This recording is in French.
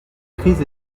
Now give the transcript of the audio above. crise